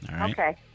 Okay